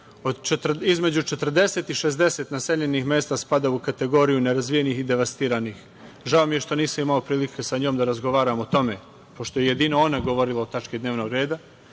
između 40 i 60 naseljenih mesta spada u kategoriju nerazvijenih i devastirah. Žao mi je što nisam imao prilike sa njom da razgovaram o tome, pošto je jedino ona govorila o tački dnevnog reda.